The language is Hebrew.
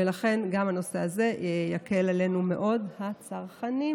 ולכן גם הנושא הזה יקל מאוד עלינו, הצרכנים.